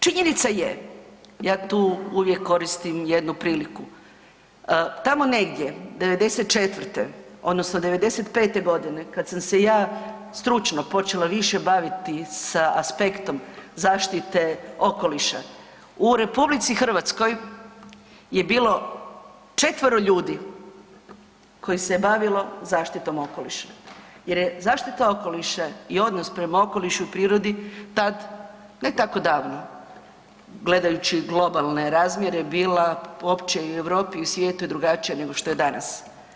Činjenica je, ja tu uvijek koristim jednu priliku, tamo negdje '94. odnosno '95.g. kad sam se ja stručno počela više baviti sa aspektom zaštite okoliša, u RH je bilo 4-ero ljudi koji se je bavilo zaštitom okoliša jer je zaštita okoliša i odnos prema okolišu i prirodi tad, ne tako davno gledajući globalne razmjere bila uopće i u Europi i u svijetu drugačija nego što je danas.